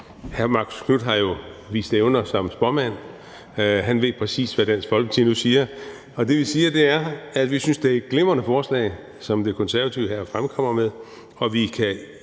Hr. Marcus Knuth har jo vist evner som spåmand. Han ved præcis, hvad Dansk Folkeparti nu siger. Det, vi siger, er, at vi synes, at det er et glimrende forslag, som De Konservative her fremkommer med, og vi kan